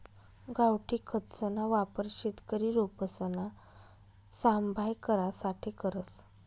गावठी खतसना वापर शेतकरी रोपसना सांभाय करासाठे करस